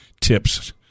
tips